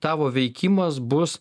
tavo veikimas bus